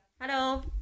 hello